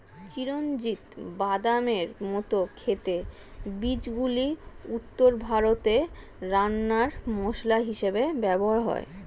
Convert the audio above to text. চিরঞ্জিত বাদামের মত খেতে বীজগুলি উত্তর ভারতে রান্নার মসলা হিসেবে ব্যবহার হয়